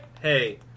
Hey